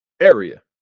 area